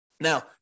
Now